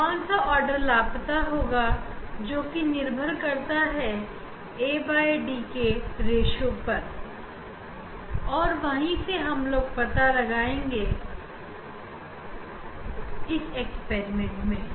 कौन सा आर्डर लापता होगा जो कि निर्भर करता है da रेश्यो पर हम लोग वह भी पड़ेंगे लापता और इस एक्सपेरिमेंट में